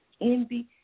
envy